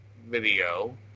video